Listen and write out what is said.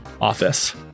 office